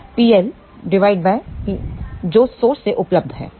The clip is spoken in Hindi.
PL P जो की सोर्स से उपलब्ध है